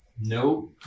No